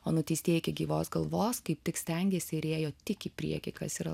o nuteistieji iki gyvos galvos kaip tik stengėsi ir ėjo tik į priekį kas yra